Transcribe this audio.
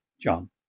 John